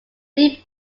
deep